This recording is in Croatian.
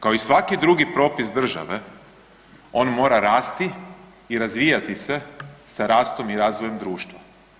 Kao i svaki drugi propis države on mora rasti i razvijati se sa rastom i razvojem društva.